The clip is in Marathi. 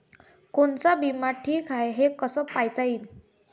कोनचा बिमा ठीक हाय, हे कस पायता येईन?